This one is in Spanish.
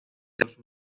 los